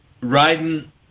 riding